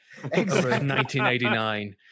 1989